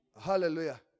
Hallelujah